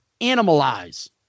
Animalize